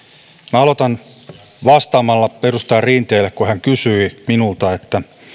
aloitan vastaamalla edustaja rinteelle kun hän kysyi minulta